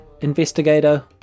investigator